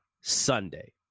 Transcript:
Sunday